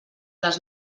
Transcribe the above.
les